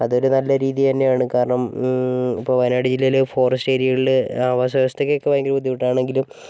അത് നല്ലൊരു രീതി തന്നെയാണ് കാരണം ഇപ്പോൾ വയനാട് ജില്ലയിലെ ഫോറസ്റ്റ് ഏരിയകളിൽ ആവാസവ്യവസ്ഥയ്ക്ക് ഭയങ്കര ബുദ്ധിമുട്ടാണെങ്കിലും